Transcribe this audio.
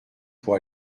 pour